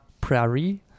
Prairie